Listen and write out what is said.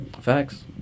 Facts